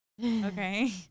Okay